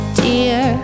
dear